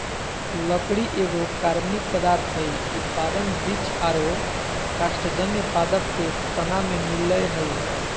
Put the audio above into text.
लकड़ी एगो कार्बनिक पदार्थ हई, उत्पादन वृक्ष आरो कास्टजन्य पादप के तना में मिलअ हई